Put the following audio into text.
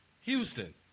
Houston